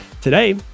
Today